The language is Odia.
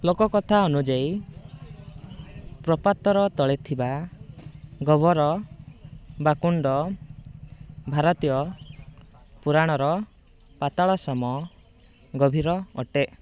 ଲୋକକଥା ଅନୁଯାୟୀ ପ୍ରପାତର ତଳେ ଥିବା ଗହ୍ୱର ବା କୁଣ୍ଡ ଭାରତୀୟ ପୁରାଣର ପାତାଳ ସମ ଗଭୀର ଅଟେ